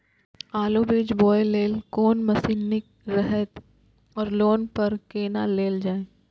आलु बीज बोय लेल कोन मशीन निक रहैत ओर लोन पर केना लेल जाय?